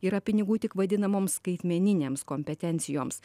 yra pinigų tik vadinamoms skaitmeninėms kompetencijoms